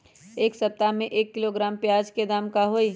एक सप्ताह में एक किलोग्राम प्याज के दाम का होई?